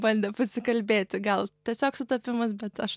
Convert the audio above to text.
bandė pasikalbėti gal tiesiog sutapimas bet aš